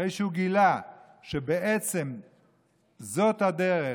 אחרי שהוא גילה שבעצם זאת הדרך,